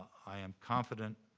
i am confident,